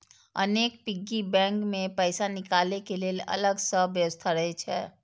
अनेक piggy bank मे पैसा निकालै के लेल अलग सं व्यवस्था रहै छै